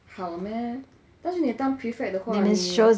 好 meh 但是你当 prefect 的话你